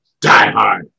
diehard